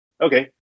okay